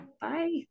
Bye